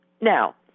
Now